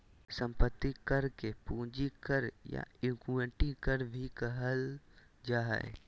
संपत्ति कर के पूंजी कर या इक्विटी कर भी कहल जा हइ